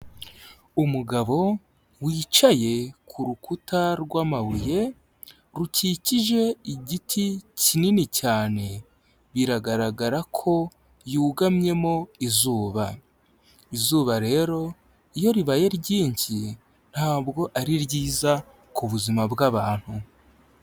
Umugabo wicaye ku rukuta rw'amabuye, rukikije igiti kinini cyane, biragaragara ko yugamyemo izuba, izuba rero iyo ribaye ryinshi ntabwo ari ryiza ku buzima bw'abantu.